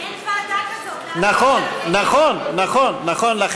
אין ועדה כזאת, נכון, נכון, נכון, נכון.